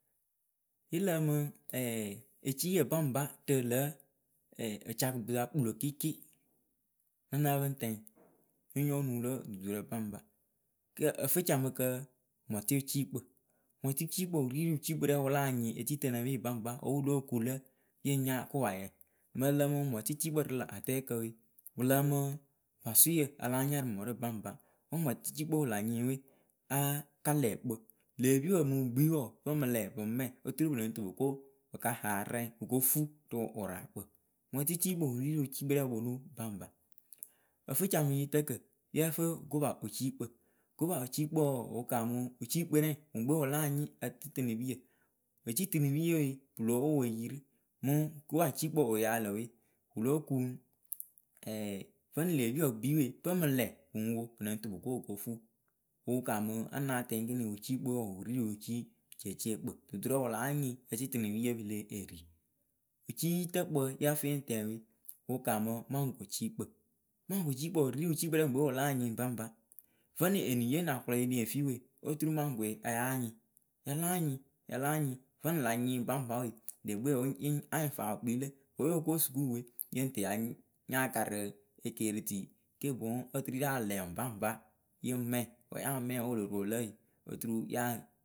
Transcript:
yɨ lǝǝmɨ eciiyǝ baŋpa rɨ lǝ̌ wɨcakukpɨsa kpɨlo kɩɩkɩ nǝ nǝ́ǝ pɨŋ tɛŋ nyonyoo nuŋwɨlo dudurǝ baŋba kǝ ǝfɨcamɨkǝ mɔtɩciikpǝ mɔtɩciikpǝ wɨri rɨ wɨciikpǝ rɛŋ wɨ láa nyɩŋ eciitɨnɨpi baŋba wǝ wɨlo kulǝ yɨŋ nya kopayǝ. mɨŋ ǝlǝǝmɨ mɔtɩciikpǝ rɨ lä atɛɛkǝ we wɨ lǝǝmɨ vasʊyǝ a láa nya rɨ mǝrɨwe baŋba wǝ mɔtɩciikpɨwe wɨ la nyɩŋ we akalɛ kpɨ. lée epiipǝ mɨŋ pɨ kpii wɔɔ pɨŋ mɨ lɛ piŋ mɛ oturu pɨlɨŋ tɨ pɨ ko pɨ ka ha rɛŋ pɨ ko fuu rɨ wɨraakpǝ Mɔtɩciikpɨ wɨ ri rɨ wɨciikpɨrɛŋ wɨ ponu baŋba. ǝfɨcamɨ yitǝkǝ yǝ gopawɨciikpǝ gopaciikǝ wɔɔ wʊ kammɨ wɨciikpɨ rɛŋ wʊŋ kpe wʊ láa nyɩŋ ecitɨnɨpiyǝ ecitɨnɨpiyewe pɨ lóo woyirɨ mɨŋ gopaciikpǝ wɨ yalǝ we. Wɨ lóo kuŋ vǝnɨŋ lë epiipǝ pɨ kpii we pɨŋ mɨ lɛ pɨŋ wo pɨlɨŋ tɨ pɨ ko pɨ ko fuu wʊ kaamǝ anatɛŋ wɨciikpǝ we wɔɔ wɨ ri rɨ wɨciiceeceekpǝ duturǝ wɨ láa nyɩŋ ecitɨnɨpiye pɨ lée ri. wɨciiyitǝkpǝ yǝ fɨ yɨŋ tɛŋ we wɨ kaamǝ maŋgociikpǝ Maŋgociikpǝ wɨ ri rɨ wɨciikpǝ rɛŋ gbe wɨ láa nyɩŋ baŋba. vǝnɨnɨŋ eniye nakɨlɔɛ nee aya nyɩŋ na na nyɩŋ yala nyɩŋ. vǝnɨŋ la nyɩŋ baŋba we leŋkpe yɨŋ anyɩ faa wɨ kpii lǝ wǝ yoko sukuwe yɨŋ tɨ ya nyaka rɨ ekeritui ke boŋ oturu ya lɛ ŋwɨ baŋba yɨŋ mɛ. wǝ ya mɛ wǝ norolǝ we oturu ya.